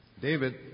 David